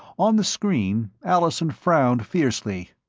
on the screen allison frowned fiercely,